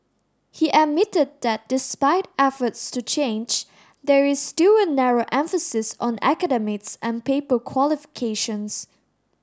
he admitted that despite efforts to change there is still a narrow emphasis on academics and paper qualifications